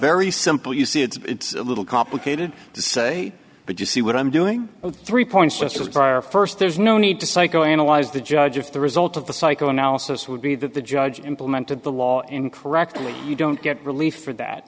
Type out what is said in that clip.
very simple you see it's a little complicated to say but you see what i'm doing three points just for first there's no need to psychoanalyze the judge if the result of the psychoanalysis would be that the judge implemented the law in correctly you don't get relief for that